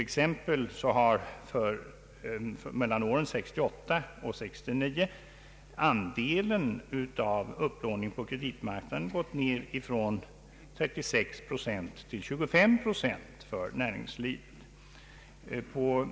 Exempelvis har mellan åren 1968 och 1969 andelen av upplåning på kreditmarknaden sjunkit från 36 procent till 25 procent för näringslivet.